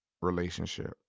relationship